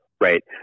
Right